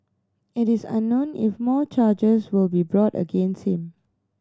it is unknown if more charges will be brought against him